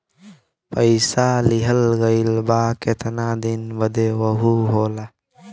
पइसा लिहल गइल बा केतना दिन बदे वहू होला